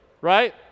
right